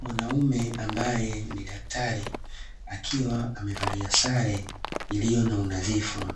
Mwanaume ambaye ni daktari akiwa amevalia sare iliyo na unadhifu.